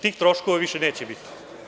Tih troškova više neće biti.